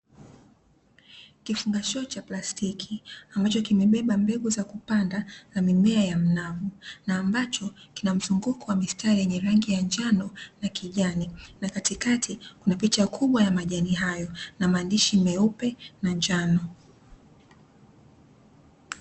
Kifungashio cha plastiki ambacho kimebeba mbegu za kupanda za mimea ya mnavu na ambacho kina mzunguko wa mistari yenye rangi ya njano na kijani na katikati kuna picha kubwa ya majani hayo na maandishi meupe na njano.